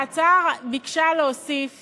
ההצעה ביקשה להוסיף